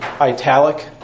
italic